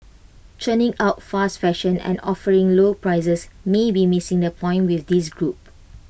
churning out fast fashion and offering lower prices may be missing the point with this group